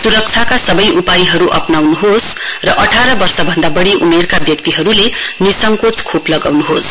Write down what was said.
सुरक्षाका सबै उपायहरू अपनाउनुहोस् र अठारवर्ष भन्दा बढी उमेरका व्यक्तिहरूले निसंकोच खोप लगाउन्होस्